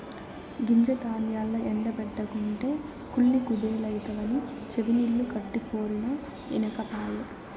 గింజ ధాన్యాల్ల ఎండ బెట్టకుంటే కుళ్ళి కుదేలైతవని చెవినిల్లు కట్టిపోరినా ఇనకపాయె